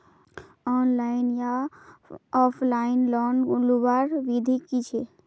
Online या offline loan लुबार विधि की छे?